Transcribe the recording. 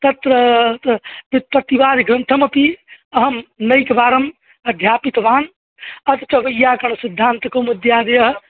तत्र व्युत्पत्तिवादग्रन्थमपि अहं अनेकवारम् अध्यापितवान् अपि च वैयाकरणसिद्धान्तकौमुद्यादयः